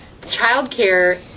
childcare